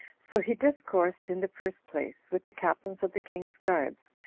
so he discoursed, in the first place, with the captains of the king's guards,